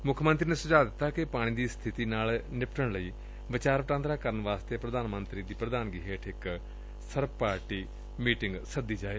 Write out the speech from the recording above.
ਮੁੱਖ ਮੰਤਰੀ ਨੇ ਸੁਝਾਅ ਦਿੱਤਾ ਕਿ ਪਾਣੀ ਦੀ ਸਥਿਤੀ ਨਾਲ ਨਿਪਟਣ ਲਈ ਵਿਚਾਰ ਵਟਾਂਦਰਾ ਕਰਨ ਵਾਸਤੇ ਪੁਧਾਨ ਮੰਤਰੀ ਦੀ ਪੁਧਾਨਗੀ ਹੇਠ ਇਕ ਸਰਬ ਪਾਰਟੀ ਮੀਟਿੰਗ ਸੱਦੀ ਜਾਏ